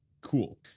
cool